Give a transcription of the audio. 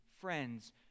friends